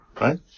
right